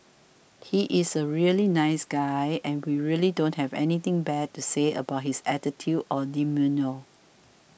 he is a really nice guy and we really don't have anything bad to say about his attitude or demeanour